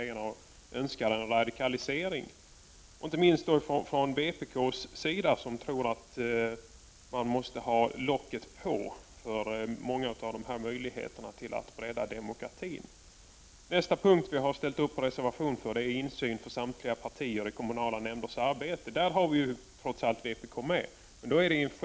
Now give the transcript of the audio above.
Jag önskar en radikalisering, inte minst från vpk:s sida. Vpk tror tydligen att man måste lägga locket på när det gäller många av möjligheterna att bredda demokratin. Ytterligare ett område där vi har ställt upp bakom en reservation gäller insyn för samtliga partier i kommunala nämnders arbete. I reservation 7 har vi trots allt fått med vpk.